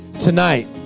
tonight